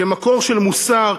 כמקור של מוסר,